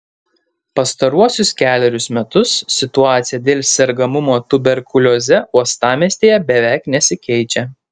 pastaruosius kelerius metus situacija dėl sergamumo tuberkulioze uostamiestyje beveik nesikeičia